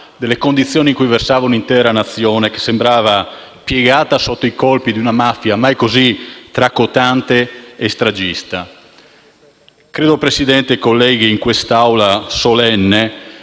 delle condizioni in cui versava un'intera Nazione che sembrava piegata sotto i colpi di una mafia mai così tracotante e stragista. Presidente, colleghi, credo che